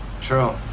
True